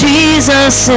Jesus